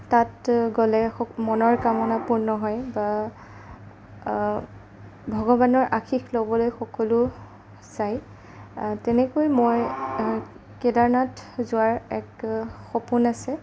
তাত গ'লে মনৰ কামনা পূৰ্ণ হয় বা ভগৱানৰ আশীষ ল'বলৈ সকলো যায় তেনেকৈ মই কেদাৰনাথ যোৱাৰ এক সপোন আছে